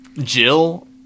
Jill